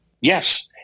Yes